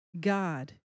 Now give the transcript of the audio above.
God